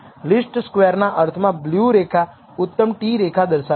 list square ના અર્થમાં blue રેખા ઉત્તમ t રેખા દર્શાવે છે